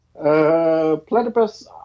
Platypus